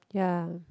ya